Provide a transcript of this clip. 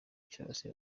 cyose